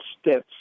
steps